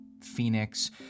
phoenix